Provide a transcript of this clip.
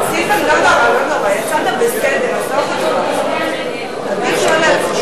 ותיקים), התשס"ט 2009, נתקבלה.